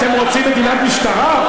אתם רוצים מדינת משטרה?